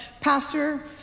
pastor